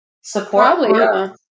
support